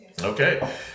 Okay